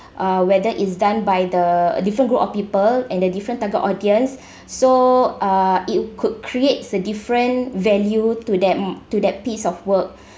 uh whether it's done by the a different group of people and a different target audience so uh it could create a different value to them to that piece of work